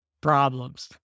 problems